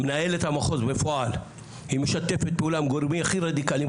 מנהלת המחוז בפועל משתפת פעולה עם גורמים הכי רדיקליים,